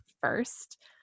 first